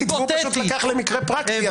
הוא פשוט לקח למקרה פרקטי,